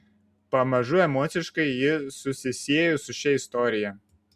pamažu emociškai ji susisiejo su šia istorija